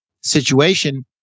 situation